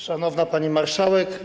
Szanowna Pani Marszałek!